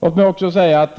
Låt mig också säga att